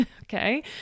Okay